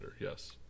yes